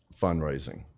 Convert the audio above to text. fundraising